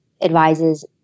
advises